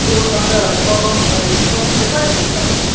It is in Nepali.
त्यो अन्त प्रोग्राम छ अरे प्रोग्राम चाहिँ कैलेतिर हो हौ